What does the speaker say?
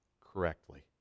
correctly